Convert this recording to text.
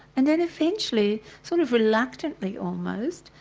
and then eventually, sort of reluctantly almost,